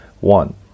One